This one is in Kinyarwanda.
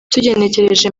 tugenekereje